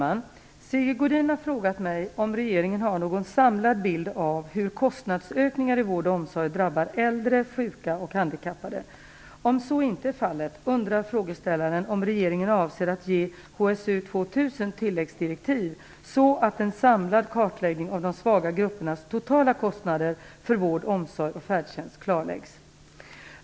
Fru talman! Sigge Godin har frågat mig om regeringen har någon samlad bild av hur kostnadsökningar i vård och omsorg drabbar äldre, sjuka och handikappade. Om så inte är fallet undrar frågeställaren om regeringen avser att ge HSU 2000 tilläggsdirektiv så att en samlad kartläggning av de svaga gruppernas totala kostnader för vård, omsorg och färdtjänst klarläggs.